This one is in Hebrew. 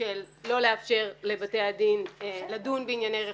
של לא לאפשר לבתי הדין לדון בענייני רכוש,